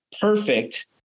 perfect